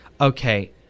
Okay